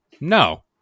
No